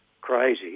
crazy